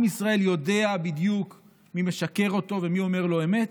עם ישראל יודע בדיוק מי משקר לו ומי אומר לו אמת.